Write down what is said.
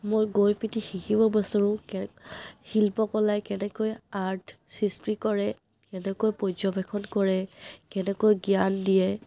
মই গৈ পিনি শিকিব বিচাৰোঁ কেনে শিল্পকলাই কেনেকৈ আৰ্ট সৃষ্টি কৰে কেনেকৈ পৰ্যবেক্ষণ কৰে কেনেকৈ জ্ঞান দিয়ে